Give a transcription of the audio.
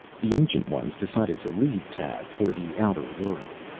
the ancient ones decided to leave tav for the outer world.